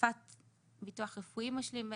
החלפת ביטוח רפואי משלים.